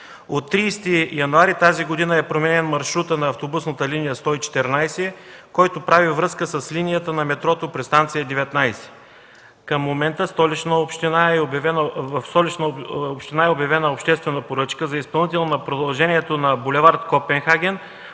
От 30 януари тази година е променен маршрутът на автобусна линия 114, който прави връзка с линията на метрото при станция 19. Към момента в Столична община е обявена обществена поръчка за изпълнител на продължението на бул. „Копенхаген”